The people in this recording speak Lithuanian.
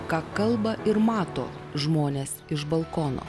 ką kalba ir mato žmonės iš balkono